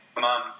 mom